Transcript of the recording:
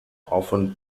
often